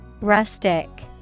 Rustic